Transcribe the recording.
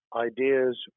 ideas